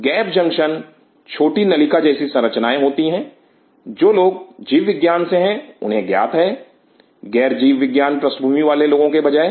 gap junction छोटी नलिका जैसी संरचनाएं होती हैं जो लोग जीव विज्ञान से हैं उन्हें ज्ञात है गैर जीवविज्ञान पृष्ठभूमि वालों के बजाय